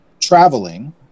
traveling